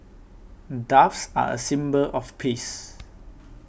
doves are a symbol of peace